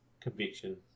Conviction